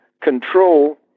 control